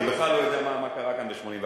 אני בכלל לא יודע מה קרה כאן ב-1984.